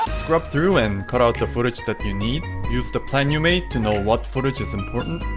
scrub through and cut out the footage that you need use the plan you made to know. what footage is important